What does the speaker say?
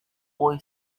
boy